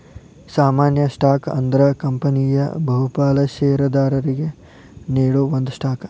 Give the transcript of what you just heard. ಸಾಮಾನ್ಯ ಸ್ಟಾಕ್ ಅಂದ್ರ ಕಂಪನಿಯ ಬಹುಪಾಲ ಷೇರದಾರರಿಗಿ ನೇಡೋ ಒಂದ ಸ್ಟಾಕ್